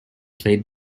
played